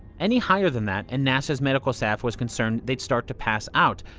any higher than that, and nasa's medical staff was concerned they'd start to pass out.